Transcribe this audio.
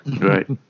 Right